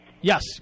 Yes